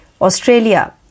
Australia